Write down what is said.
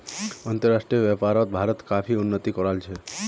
अंतर्राष्ट्रीय व्यापारोत भारत काफी उन्नति कराल छे